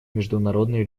международный